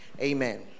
amen